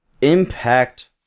Impact